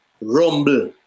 rumble